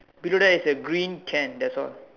below that is a green can that's all